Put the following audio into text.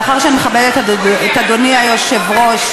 מאחר שאני מכבדת את אדוני היושב-ראש,